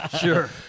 Sure